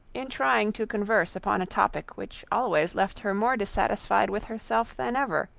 in trying to converse upon a topic which always left her more dissatisfied with herself than ever,